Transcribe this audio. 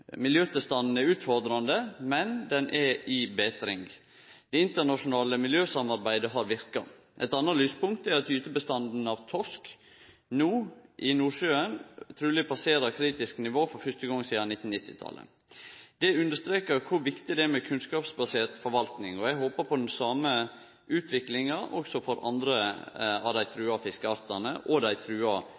Miljøtilstanden er utfordrande, men han er i betring. Det internasjonale miljøsamarbeidet har verka. Eit anna lyspunkt er at gytebestanden av torsk i Nordsjøen no truleg passerer kritisk nivå for fyrste gong sidan 1990-talet. Det understrekar kor viktig det er med kunnskapsbasert forvaltning, og eg håpar på den same utviklinga også for andre av dei trua fiskeartane og dei trua